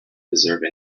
deserve